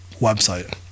website